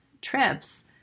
trips